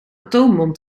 atoombom